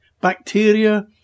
Bacteria